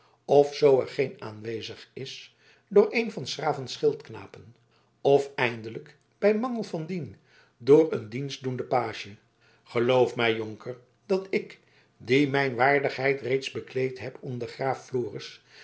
zoo er geen aanwezig is door een van s graven schildknapen of eindelijk bij mangel van dien door een dienstdoenden page geloof mij jonker dat ik die mijn waardigheid reeds bekleed heb onder graaf